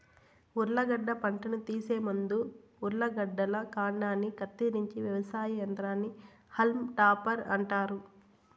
ఉర్లగడ్డ పంటను తీసే ముందు ఉర్లగడ్డల కాండాన్ని కత్తిరించే వ్యవసాయ యంత్రాన్ని హాల్మ్ టాపర్ అంటారు